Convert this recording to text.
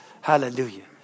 Hallelujah